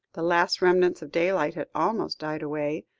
the last remnants of daylight had almost died away,